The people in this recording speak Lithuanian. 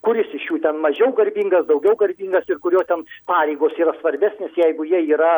kuris iš jų ten mažiau garbingas daugiau garbingas ir kurio ten pareigos yra svarbesnės jeigu jie yra